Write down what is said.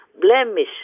blemish